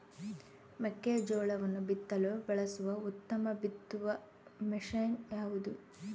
ಮೆಕ್ಕೆಜೋಳವನ್ನು ಬಿತ್ತಲು ಬಳಸುವ ಉತ್ತಮ ಬಿತ್ತುವ ಮಷೇನ್ ಯಾವುದು?